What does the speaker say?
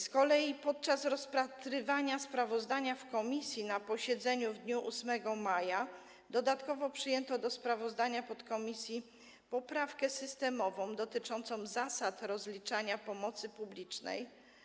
Z kolei podczas rozpatrywania sprawozdania w komisji na posiedzeniu w dniu 8 maja dodatkowo przyjęto zgłoszoną do sprawozdania podkomisji poprawkę systemową dotyczącą zasad rozliczania pomocy publicznej.